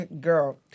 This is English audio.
girl